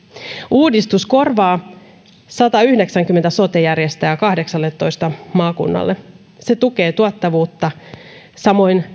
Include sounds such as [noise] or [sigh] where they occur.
uudistus korvaa satayhdeksänkymmentä sote järjestäjää kahdeksallatoista maakunnalla se tukee tuottavuutta samoin [unintelligible]